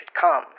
come